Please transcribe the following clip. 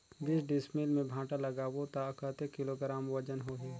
बीस डिसमिल मे भांटा लगाबो ता कतेक किलोग्राम वजन होही?